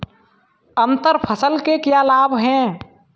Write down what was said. अंतर फसल के क्या लाभ हैं?